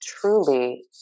truly